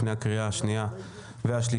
לפני הקריאה השנייה והשלישית.